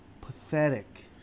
pathetic